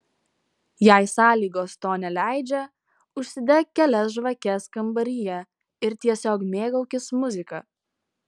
jei sąlygos to neleidžia užsidek kelias žvakes kambaryje ir tiesiog mėgaukis muzika